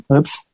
Oops